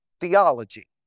theology